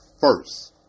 first